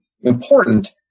important